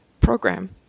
program